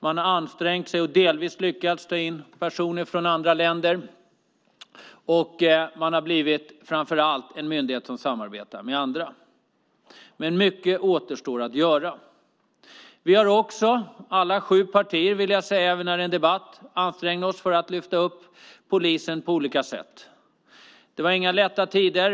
Man har ansträngt sig för och delvis lyckats med att ta in personer från andra länder, och man har framför allt blivit en myndighet som samarbetar med andra. Men mycket återstår att göra. Vi har alla sju partier, vill jag säga i denna debatt, ansträngt oss för att lyfta fram polisen på olika sätt. Det var inga lätta tider.